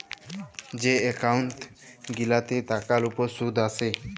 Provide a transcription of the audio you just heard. যে এক্কাউল্ট গিলাতে টাকার উপর সুদ আসে